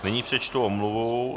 Nyní přečtu omluvu.